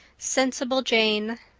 sensible jane!